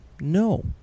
No